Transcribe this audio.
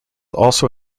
also